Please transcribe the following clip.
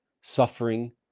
suffering